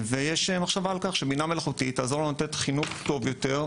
ויש מחשבה על-כך שבינה מלאכותית תעזור לנו לתת חינוך טוב יותר,